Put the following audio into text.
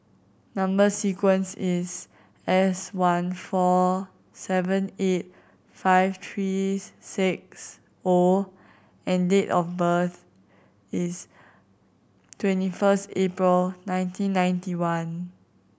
number sequence is S one four seven eight five three six O and date of birth is twenty first April nineteen ninety one